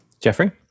Jeffrey